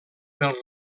per